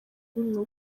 nuko